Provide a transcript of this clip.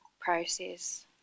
process